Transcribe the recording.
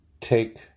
take